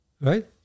Right